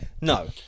No